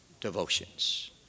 devotions